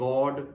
God